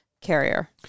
carrier